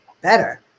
better